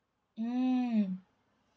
mm